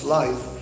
life